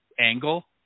angle